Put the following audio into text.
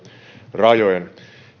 rajojen